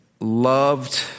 loved